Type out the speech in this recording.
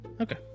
Okay